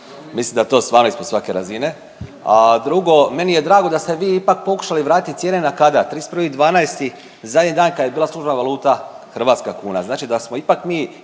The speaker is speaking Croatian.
mislim da je to stvarno ispod svake razine, a drugo, meni je drago da ste vi ipak pokušali vratit cijene na kada, 31.12., zadnji dan kad je bila službena valuta hrvatska kuna,